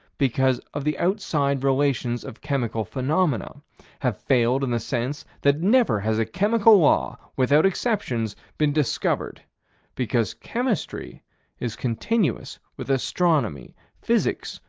because of the outside relations of chemical phenomena have failed in the sense that never has a chemical law, without exceptions, been discovered because chemistry is continuous with astronomy, physics,